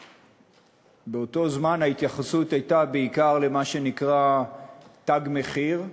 באותו זמן ההתייחסות הייתה בעיקר למה שנקרא "תג מחיר"